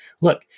Look